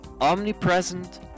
omnipresent